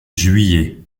juillet